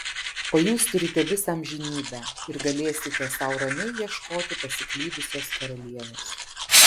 o jūs turite visą amžinybę ir galėsite sau ramiai ieškoti pasiklydusios karalienės